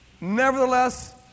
Nevertheless